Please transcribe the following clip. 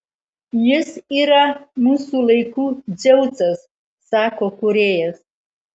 jis yra mūsų laikų dzeusas sako kūrėjas